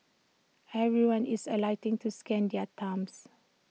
everyone is alighting to scan their thumbs